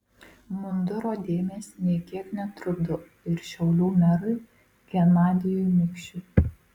munduro dėmės nė kiek netrukdo ir šiaulių merui genadijui mikšiui